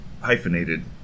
hyphenated